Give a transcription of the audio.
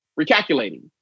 recalculating